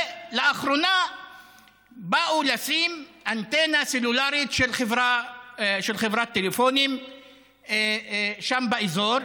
ולאחרונה באו לשים אנטנה סלולרית של חברת טלפונים שם באזור.